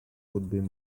could